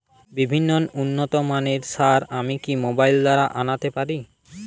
বিভিন্ন উন্নতমানের সার আমি কি মোবাইল দ্বারা আনাতে পারি?